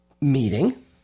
meeting